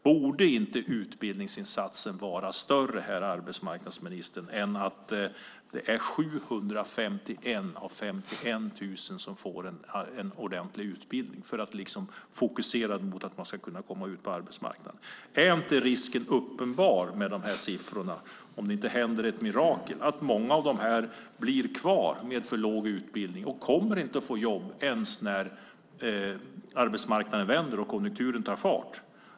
Borde inte utbildningsinsatsen vara större, arbetsmarknadsministern, än att 751 av 51 000 får en utbildning för att kunna komma ut på arbetsmarknaden? Är inte risken uppenbar, om det inte händer ett mirakel, att många av dessa ungdomar blir kvar med för låg utbildning och inte kommer att få jobb ens när konjunkturen tar fart och arbetsmarknaden vänder?